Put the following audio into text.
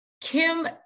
Kim